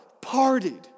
partied